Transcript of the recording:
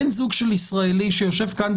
בן זוג של ישראלי שיושב כאן,